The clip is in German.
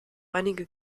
einige